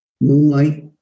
Moonlight